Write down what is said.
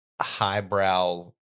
highbrow